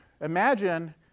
imagine